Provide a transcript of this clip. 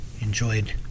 enjoyed